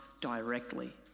directly